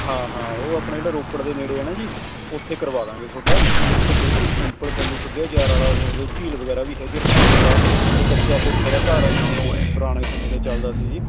ਹਾਂ ਹਾਂ ਉਹ ਆਪਣੇ ਜਿਹੜਾ ਰੋਪੜ ਦੇ ਨੇੜੇ ਆ ਨਾ ਜੀ ਉੱਥੇ ਕਰਵਾ ਦਾਂਗੇ ਤੁਹਾਡਾ ਉੱਥੇ ਬਿਲਕੁਲ ਸਿੰਪਲ ਪੇਂਡੂ ਸੱਭਿਆਚਾਰ ਵਾਲਾ ਜਿਵੇਂ ਉਹਦੇ 'ਚ ਝੀਲ ਵਗੈਰਾ ਵੀ ਹੈਗੀ ਪਾਣੀ ਵਾਲਾ ਅਤੇ ਕੱਚਾ ਕੋਠਾ ਦਾ ਘਰ ਜਿਵੇਂ ਪੁਰਾਣੇ ਸਮੇਂ ਦੇ ਚੱਲਦਾ ਸੀ ਜੀ